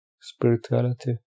spirituality